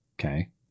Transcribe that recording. Okay